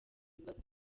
bibazo